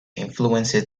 influenced